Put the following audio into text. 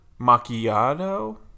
macchiato